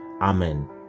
Amen